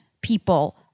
people